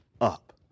up